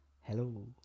Hello